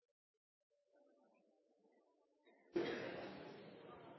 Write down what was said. de er